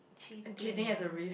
cheating ya